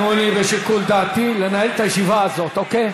וזו לא תעסוקה,